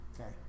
Okay